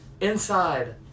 Inside